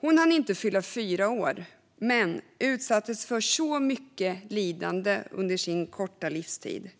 Hon hann inte fylla fyra år, men utsattes för så mycket lidande under sin korta livstid.